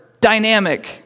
Dynamic